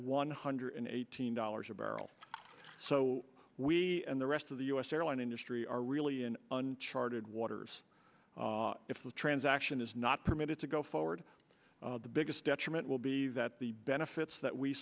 one hundred eighteen dollars a barrel so we and the rest of the u s airline industry are really in uncharted waters if the transaction is not permitted to go forward the biggest detriment will be that the benefits that we